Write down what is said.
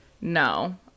No